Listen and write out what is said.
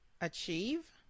Achieve